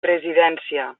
presidència